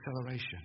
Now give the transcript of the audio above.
acceleration